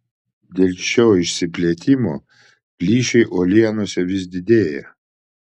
dėl šio išsiplėtimo plyšiai uolienose vis didėja